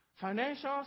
Financial